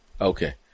Okay